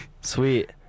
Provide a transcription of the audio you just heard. Sweet